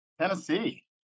Tennessee